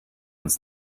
uns